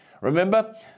Remember